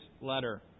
letter